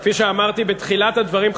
כפי שאמרתי בתחילת הדברים,